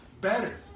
better